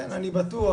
אני בטוח,